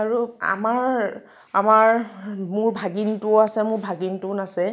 আৰু আমাৰ আমাৰ মোৰ ভাগিনটোও আছে মোৰ ভাগিনটোৱেও নাচে